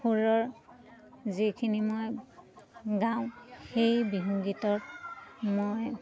সুৰৰ যিখিনি মই গাওঁ সেই বিহু গীতত মই